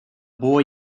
boy